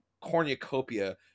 cornucopia